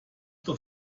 doch